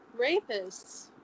rapists